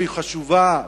והיא חשובה,